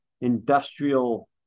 industrial